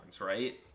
right